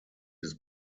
des